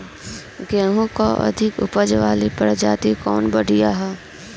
गेहूँ क अधिक ऊपज वाली प्रजाति कवन बढ़ियां ह?